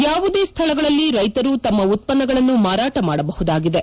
ಯಾವುದೇ ಸ್ವಳಗಳಲ್ಲಿ ರೈತರು ತಮ್ಮ ಉತ್ಪನ್ನಗಳನ್ನು ಮಾರಾಟ ಮಾಡಬಹುದಾಗಿದೆ